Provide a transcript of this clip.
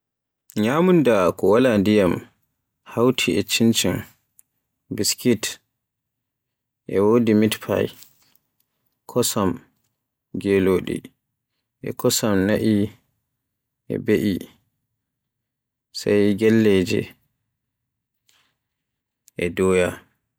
Nyamunda ko Wala ndiyam hawti e cincin, biskit, meatfiy, e wodi kosam geledi, e kosam na'i e be'e sai gelleje e doya.